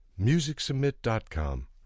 MusicSubmit.com